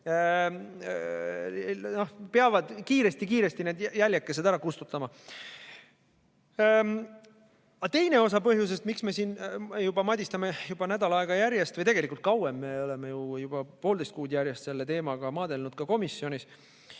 peavad kiiresti-kiiresti jäljekesed ära kustutama. Aga teine osa põhjusest, miks me siin madistame juba nädal aega järjest või tegelikult kauem, me oleme ju poolteist kuud järjest selle teemaga maadelnud ka komisjonis,